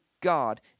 God